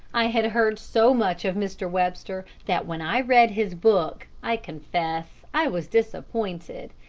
i had heard so much of mr. webster that when i read his book i confess i was disappointed.